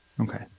Okay